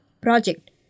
project